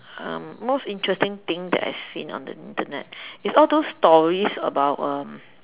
um most interesting thing that I have seen on the Internet is all those stories about um